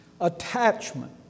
attachment